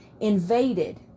invaded